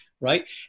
right